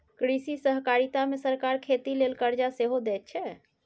कृषि सहकारिता मे सरकार खेती लेल करजा सेहो दैत छै